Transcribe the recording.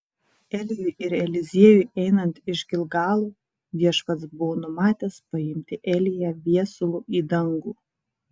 elijui ir eliziejui einant iš gilgalo viešpats buvo numatęs paimti eliją viesulu į dangų